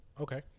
Okay